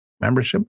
membership